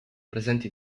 presenti